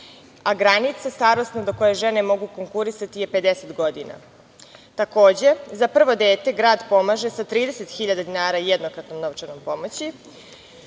granica do koje žene mogu konkurisati je 50 godina. Takođe, za prvo dete grad pomaže sa 30.000 dinara jednokratnom novčanom pomoći.